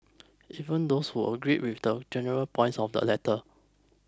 even those who agreed with the general points of the letter